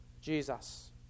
Jesus